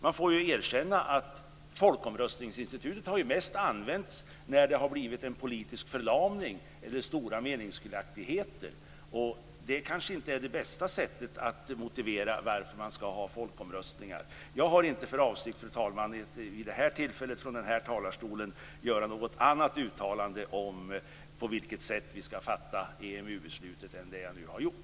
Man måste ju erkänna att folkomröstningsinstitutet mest har använts när det har blivit en politisk förlamning eller stora meningsskiljaktigheter. Det är kanske inte det bästa sättet att motivera att man ska ha folkomröstningar. Jag har inte för avsikt, fru talman, att vid det här tillfället, från den här talarstolen, göra något annat uttalande om på vilket sätt vi ska fatta EMU-beslutet än det som jag nu har gjort.